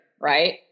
Right